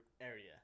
area